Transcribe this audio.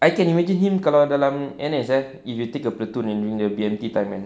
I can imagine him kalau dalam N_S eh if you take a platoon in their B_M_T time